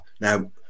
Now